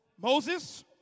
Moses